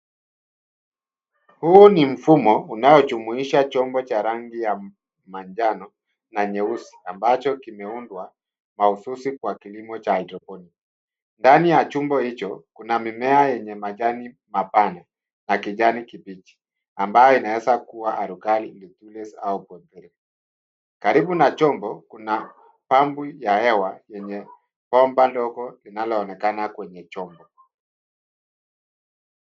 Huu ni mfumo unaojumuisha chombo cha rangi ya manjano na nyeusi ambacho kimeundwa mahususi kwa kilimo cha hydroponiki. Ndani ya chombo hicho kuna mimea yenye majani mapana na kijani kibichi ambayo inaweza kuwa alkali, lettuce au pothyl . Karibu na chombo, kuna pampu ya hewa yenye bomba ndogo linaloonekana kwenye chombo.